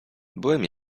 byłem